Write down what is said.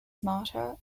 smarter